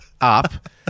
up